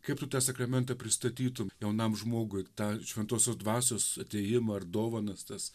kaip tu tą sakramentą pristatytum jaunam žmogui tą šventosios dvasios atėjimą ir dovanas tas